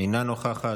אינה נוכחת,